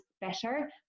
better